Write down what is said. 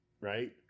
Right